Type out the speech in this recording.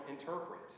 interpret